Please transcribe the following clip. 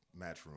Matchroom